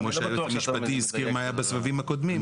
כמו שהיועץ המשפטי הזכיר מה היה בסבבים הקודמים.